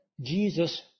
Jesus